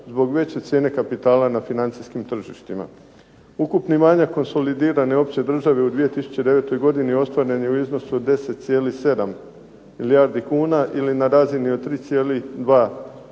zbog veće cijene kapitala na financijskim tržištima. Ukupni manjak konsolidirane opće države u 2009. godini ostvaren je u iznosu 10,7 milijardi kuna ili na razini od 3,2 bruto